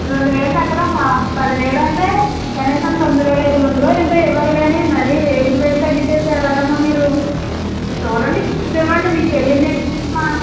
రెండువేలు తగ్గదమ్మా పదివేలంటే కనీసం తొమ్మిదివేల ఐదువందలు ఎంతో ఇవ్వాలి కానీ మరి వేలకు వేలు తగ్గించేస్తే ఎలాగమ్మా మీరు చూడండి చూసి ఇవ్వండి మీకు తెలియంది ఏముందమ్మా